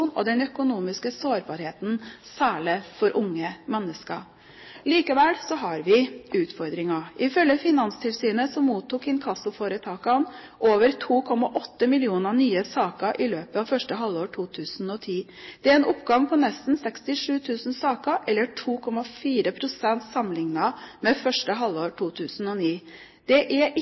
og den økonomiske sårbarheten – særlig for unge mennesker. Likevel har vi utfordringer. Ifølge Finanstilsynet mottok inkassoforetakene over 2,8 millioner nye saker i løpet av første halvår 2010. Det er en oppgang på nesten 67 000 saker, eller 2,4 pst., sammenlignet med første halvår 2009. Det er